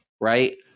right